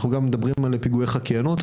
אנחנו מדברים גם על פיגועי חקיינות,